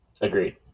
Agreed